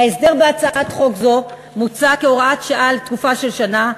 ההסדר בהצעת חוק זו מוצע כהוראת שעה לתקופה של שנה,